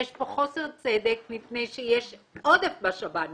יש פה חוסר צדק מפני שיש עודף בשב"נים,